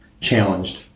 challenged